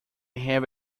have